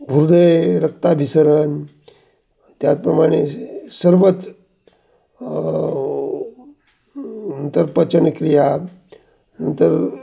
हृदय रक्ताभिसरण त्याचप्रमाणे सर्वच नंतर पचन क्रिया नंतर